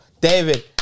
David